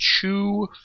Chew